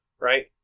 right